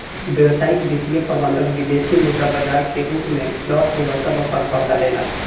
व्यावसायिक वित्तीय प्रबंधन विदेसी मुद्रा बाजार के रूप में अर्थव्यस्था पर प्रभाव डालेला